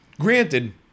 Granted